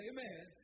Amen